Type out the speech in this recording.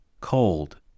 cold